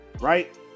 right